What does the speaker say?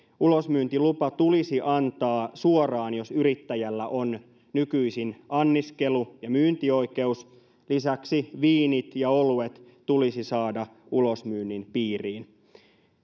ulosmyyntilupa tulisi antaa suoraan jos yrittäjällä on nykyisin anniskelu ja myyntioikeus lisäksi viinit ja oluet tulisi saada ulosmyynnin piiriin